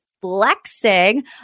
flexing